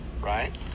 right